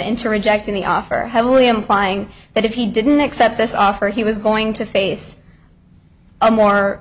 into rejecting the offer heavily implying that if he didn't accept this offer he was going to face a more